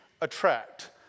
attract